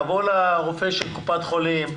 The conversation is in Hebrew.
תיגש לרופא של קופת החולים,